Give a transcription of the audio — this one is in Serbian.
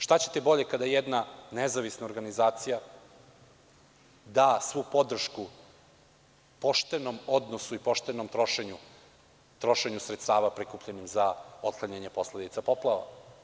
Šta ćete bolje kada jedna nezavisna organizacija da svu podršku poštenom odnosu i poštenom trošenju sredstava prikupljenom za otklanjanje posledica od poplava.